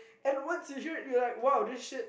and once you hear it you're like !wow! this shit